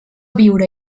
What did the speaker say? viure